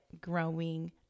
growing